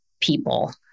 people